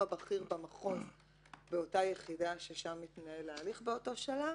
הבכיר במחוז באותה יחידה שבה מתנהל ההליך באותו שלב